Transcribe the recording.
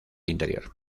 interior